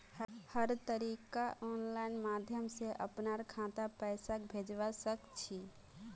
हर तरीकार आनलाइन माध्यम से अपनार खातात पैसाक भेजवा सकछी